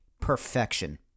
perfection